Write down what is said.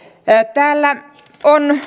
täällä on